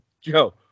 Joe